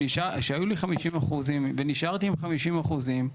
כשהיו לי 50 אחוזים ונשארתי עם 50 אחוזים,